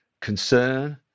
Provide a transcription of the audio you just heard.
concern